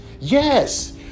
Yes